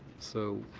so,